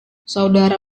saudara